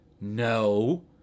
No